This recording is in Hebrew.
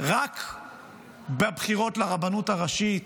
רק בבחירות לרבנות הראשית,